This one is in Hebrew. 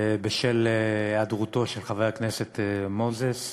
בשל היעדרותו של חבר הכנסת מוזס,